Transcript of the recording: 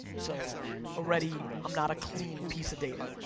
so already i'm not a clean piece of data.